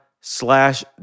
slash